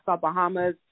Bahamas